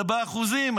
זה באחוזים,